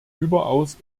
überaus